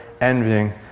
envying